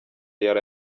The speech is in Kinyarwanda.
yari